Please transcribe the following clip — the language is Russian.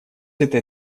этой